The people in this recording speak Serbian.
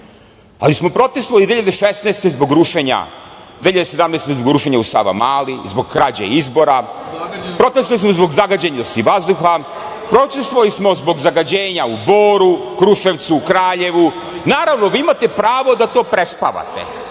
ali smo protestvovali 2016. godine zbog rušenja, 2017. godine zbog rušenja u Savamali, zbog krađa izbora, protestvovali smo i zbog zagađenosti vazduha, protestvovali smo zbog zagađenja u Boru, Kruševcu, Kraljevu. Naravno, vi imate pravo da to prespavate.